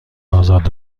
آزاد